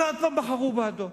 ועוד פעם בחרו בעדו,